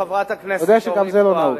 חברת הכנסת אורית זוארץ,